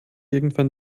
irgendwann